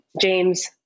James